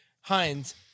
Heinz